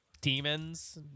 demons